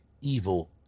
evil